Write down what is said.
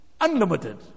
unlimited